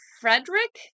Frederick